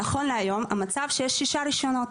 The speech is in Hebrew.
נכון להיום, המצב הוא שיש שישה רישיונות.